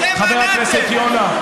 אתם מנעתם.